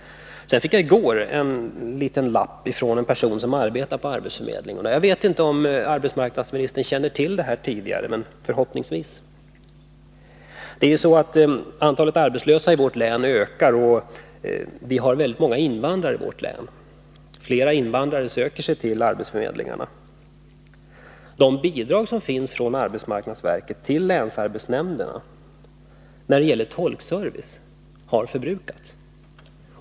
I går fick jag en liten lapp från en person som arbetar på arbetsförmedlingen. Han berättade om deras tolkningsproblem. Jag vet inte om arbetsmarknadsministern känner till detta tidigare, men förhoppningsvis gör han det. Det är ju så att antalet arbetslösa i vårt län ökar, och vi har väldigt många invandrare i vårt län. Flera invandrare söker sig till arbetsförmedlingarna. De bidrag som utgår från arbetsmarknadsverket till länsarbetsnämnderna för tolkservice har förbrukats.